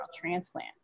transplant